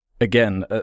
Again